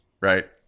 right